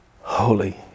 holy